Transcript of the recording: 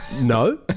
No